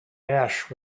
ash